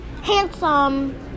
handsome